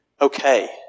okay